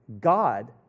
God